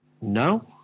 No